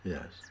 Yes